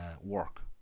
work